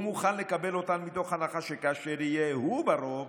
הוא מוכן לקבל אותן מתוך הנחה שכאשר יהיה הוא ברוב,